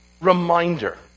reminder